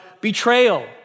betrayal